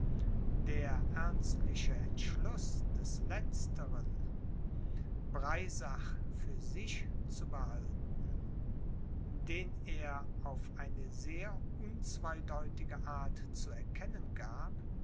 der ernstliche entschluß des letztern breisach für sich zu behalten den er auf eine sehr unzweideutige art zu erkennen gab